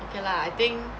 okay lah I think